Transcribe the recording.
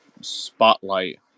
spotlight